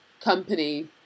company